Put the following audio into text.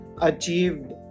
achieved